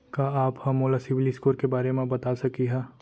का आप हा मोला सिविल स्कोर के बारे मा बता सकिहा?